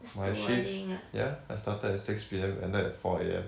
my shift ya I started at six P_M ended at four A_M